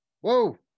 whoa